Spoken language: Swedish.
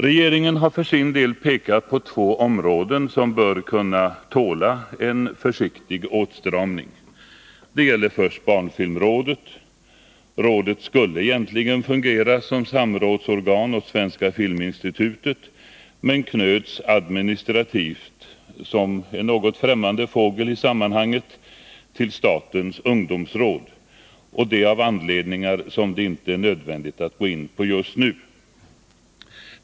Regeringen har för sin del pekat på två områden som bör kunna tåla en försiktig åtstramning. Det gäller först barnfilmrådet. Rådet skulle egentligen fungera som samrådsorgan åt Svenska filminstitutet men knöts administrativt — som en något främmande fågel i sammanhanget — till statens ungdomsråd, av anledningar som det inte är nödvändigt att gå in på just nu.